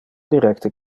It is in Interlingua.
directe